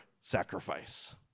sacrifice